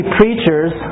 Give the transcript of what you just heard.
preachers